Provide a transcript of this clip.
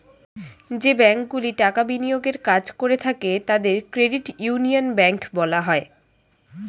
যে ব্যাঙ্কগুলি টাকা বিনিয়োগের কাজ করে থাকে তাদের ক্রেডিট ইউনিয়ন ব্যাঙ্ক বলা হয়